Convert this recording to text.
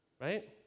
right